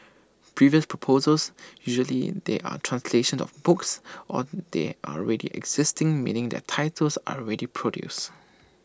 previous proposals usually they are translations of books or they are already existing meaning their titles are already produced